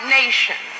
nation